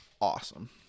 awesome